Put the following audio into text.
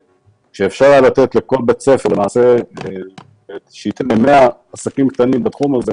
כאשר אפשר היה לתת לכל בית ספר שייתן ל-100 עסקים קטנים עבודה בתחום הזה